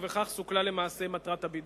ובכך סוכלה למעשה מטרת הבידוד.